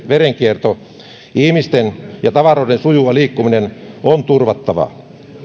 verenkierto ihmisten ja tavaroiden sujuva liikkuminen on turvattava